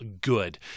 good